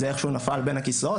זה איך שהוא נפל בין הכיסאות.